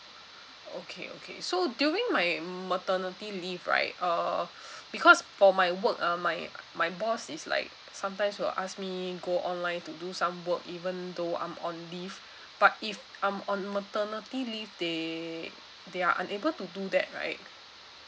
okay okay so during my maternity leave right uh because for my work ah my my boss is like sometimes will ask me go online to do some work even though I'm on leave but if I'm on maternity leave they they are unable to do that right